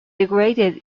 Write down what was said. degraded